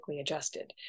adjusted